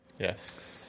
Yes